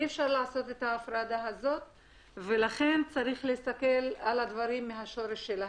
אי אפשר לעשות את ההפרדה הזאת וצריך להסתכל על הדברים מהשורש שלהם.